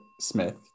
smith